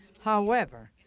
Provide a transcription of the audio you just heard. however,